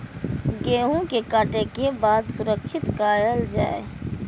गेहूँ के काटे के बाद सुरक्षित कायल जाय?